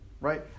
Right